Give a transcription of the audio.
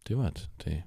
tai vat tai